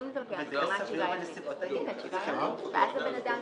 אנחנו פשוט מבקשים שגם יהיה איזשהו פירוט בדיווח על כל הסכומים